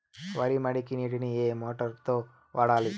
వరి మడికి నీటిని ఏ మోటారు తో వాడాలి?